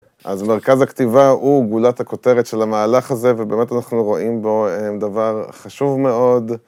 אז מרכז הכתיבה הוא גולת הכותרת של המהלך הזה, ובאמת אנחנו רואים בו דבר חשוב מאוד.